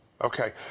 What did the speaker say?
okay